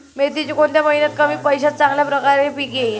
मेथीचे कोणत्या महिन्यात कमी पैशात चांगल्या प्रकारे पीक येईल?